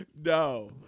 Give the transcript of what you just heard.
No